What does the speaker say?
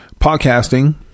podcasting